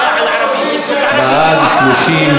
אנחנו עוברים להצבעה